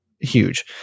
huge